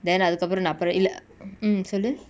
then அதுகப்ரோ அப்ரோ இல்ல:athukapro apro illa mm சொல்லு:sollu